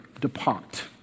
Depart